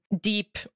deep